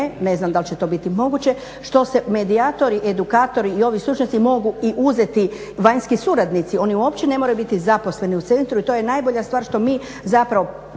ne znam da li će to biti moguće, što se medijatori, edukatori i ovi stručnjaci mogu i uzeti vanjski suradnici, oni uopće ne moraju biti zaposleni u centru. I to je najbolja stvar što mi zapravo